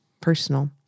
personal